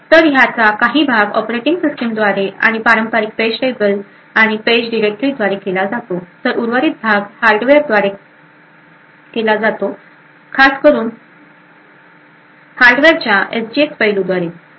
तर ह्याचा काही भाग ऑपरेटिंग सिस्टिम द्वारे आणि पारंपरिक पेजटेबल टेबल आणि आणि पेज डिरेक्टरी द्वारे केला जातो तर उर्वरित भाग हार्डवेअरद्वारे केली जातात खासकरुन हार्डवेअरच्या एसजीएक्स पैलूद्वारे